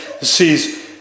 sees